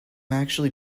actually